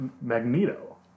Magneto